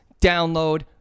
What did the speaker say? download